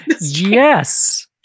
Yes